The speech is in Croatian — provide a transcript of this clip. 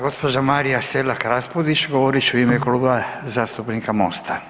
Gospođa Marija SElak RAspudić govorit će u ime Kluba zastupnika Mosta.